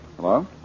Hello